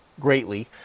greatly